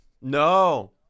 No